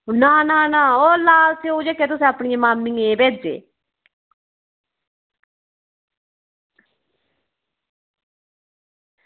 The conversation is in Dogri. ना ना ओह् लाल स्यौ जेह्ड़े तुसें अपनियें माम्मियें गी भेजे